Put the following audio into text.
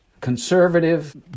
conservative